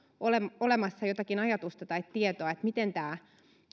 olemassa jotakin ajatusta tai tietoa miten tämä